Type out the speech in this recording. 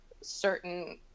certain